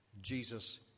Jesus